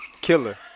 killer